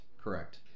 Correct